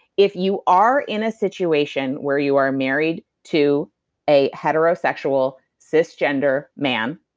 if you are in a situation where you are married to a heterosexual, cisgender man,